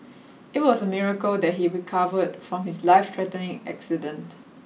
it was a miracle that he recovered from his life threatening accident